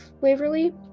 Waverly